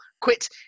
quit